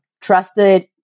trusted